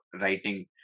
writing